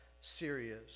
serious